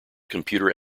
computer